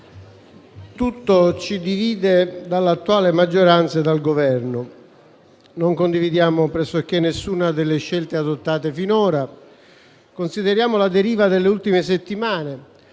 tutto ci divide dall'attuale maggioranza e dal Governo. Non condividiamo pressoché nessuna delle scelte adottate finora; consideriamo la deriva delle ultime settimane,